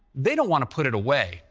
they don't want to put it away.